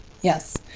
Yes